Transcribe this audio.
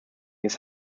his